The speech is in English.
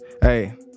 Hey